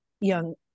young